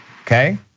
okay